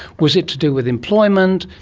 was it to do with employment,